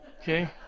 Okay